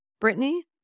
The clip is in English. Brittany